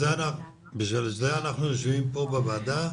בשביל זה אנחנו יושבים פה בוועדה,